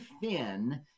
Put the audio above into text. thin